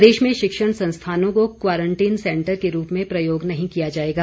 प्रदेश में शिक्षण संस्थानों को क्वारंटीन सैंटर के रूप में प्रयोग नहीं किया जाएगा